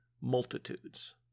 multitudes